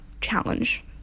challenge